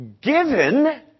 given